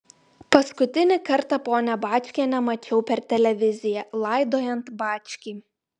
paskutinį kartą ponią bačkienę mačiau per televiziją laidojant bačkį